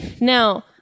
now